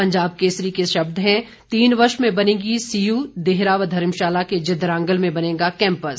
पंजाब केसरी के शब्द हैं तीन वर्ष में बनेगी सीयू देहरा व धर्मशाला के जदरांगल में बनेगा कैम्पस